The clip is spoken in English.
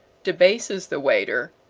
debases the waiter,